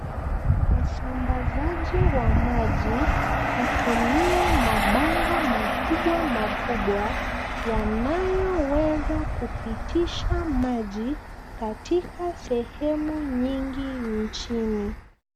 Usambazaji wa maji hutumia mabomba makubwa makubwa, yanayoweza kupitisha maji katika sehemu nyingi nchini.